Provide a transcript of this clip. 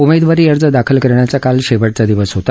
उमेदवारी अर्ज दाखल करण्याचा काल शेवटचा दिवस होता